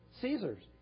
Caesars